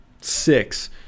six